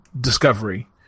Discovery